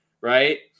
right